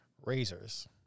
Razors